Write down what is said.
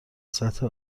سطح